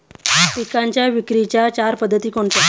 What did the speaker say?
पिकांच्या विक्रीच्या चार पद्धती कोणत्या?